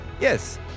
Yes